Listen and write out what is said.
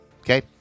okay